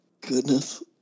goodness